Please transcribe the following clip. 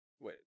Wait